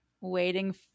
waiting